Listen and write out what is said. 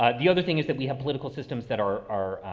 ah the other thing is that we have political systems that are, are,